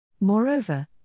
Moreover